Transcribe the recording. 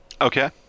Okay